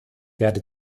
werde